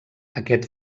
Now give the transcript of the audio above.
aquest